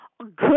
good